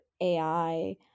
ai